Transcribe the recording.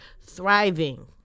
thriving